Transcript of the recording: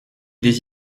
des